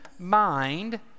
Mind